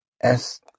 Es